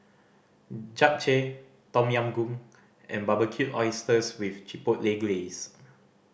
Japchae Tom Yam Goong and Barbecued Oysters with Chipotle Glaze